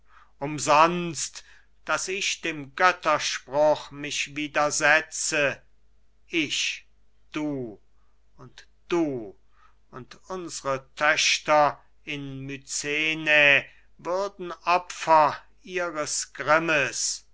umsonst daß ich dem götterspruch mich widersetze ich du und du und unsre töchter in mycene würden opfer ihres grimmes